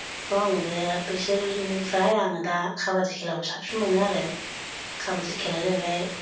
बेखौ आं बे बैसोरनिफ्राय आङो दा खाबादि खेलाखौ साबसिन मोनो आरो खाबादि खेलाया जाहैबाय